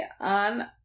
on